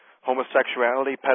homosexuality